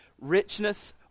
richness